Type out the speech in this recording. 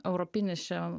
europinis čia